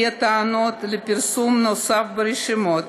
יהיו טעונות פרסום נוסף ברשומות.